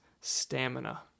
stamina